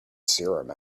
serum